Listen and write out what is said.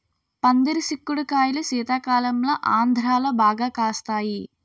పందిరి సిక్కుడు కాయలు శీతాకాలంలో ఆంధ్రాలో బాగా కాస్తాయి